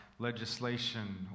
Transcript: legislation